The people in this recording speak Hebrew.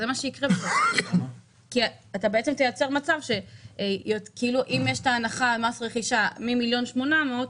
תיצור מצב שאם יש הנחה על מס רכישה מ-1.8 מיליון,